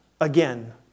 again